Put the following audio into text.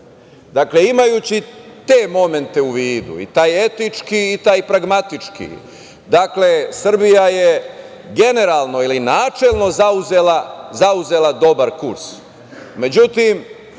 imajući te momente u vidu i taj etički i taj pragmatički, dakle Srbija je generalno ili načelno zauzelo dobar